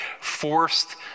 forced